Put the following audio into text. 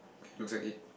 okay looks like it